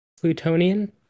Plutonian